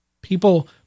people